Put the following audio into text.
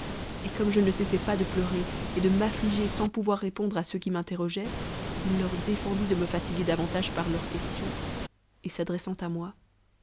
et comme je ne cessais pas de pleurer et de m'affliger sans pouvoir répondre à ceux qui m'interrogeaient il leur défendit de me fatiguer davantage par leurs questions et s'adressant à moi